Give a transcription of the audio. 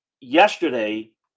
yesterday